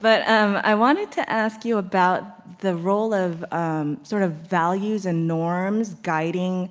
but um i wanted to ask you about the role of sort of values and norms guiding